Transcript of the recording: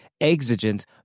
exigent